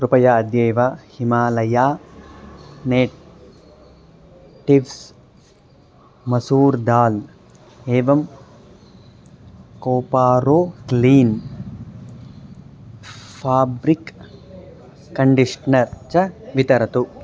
कृपया अद्यैव हिमालया नेट्टिव्स् मसूर् दाल् एवं कोपारो क्लीन् फाब्रिक् कण्डिश्नर् च वितरतु